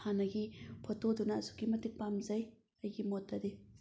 ꯍꯥꯟꯅꯒꯤ ꯐꯣꯇꯣ ꯗꯨꯅ ꯑꯁꯨꯛꯀꯤ ꯃꯇꯤꯛ ꯄꯥꯝꯖꯩ ꯑꯩꯒꯤ ꯃꯣꯠꯇꯗꯤ